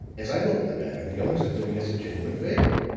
as i look at the matter, the owners are doing us a genuine favor.